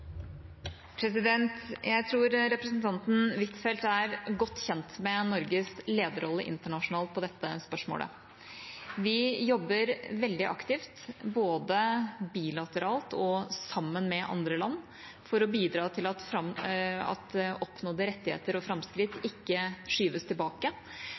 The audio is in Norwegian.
Jeg tror representanten Huitfeldt er godt kjent med Norges lederrolle internasjonalt på dette spørsmålet. Vi jobber veldig aktivt både bilateralt og sammen med andre land for å bidra til at oppnådde rettigheter og framskritt ikke skyves tilbake,